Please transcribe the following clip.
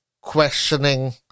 questioning